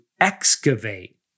excavate